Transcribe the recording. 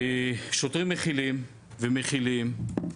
שוטרים מכילים ומכילים.